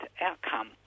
outcome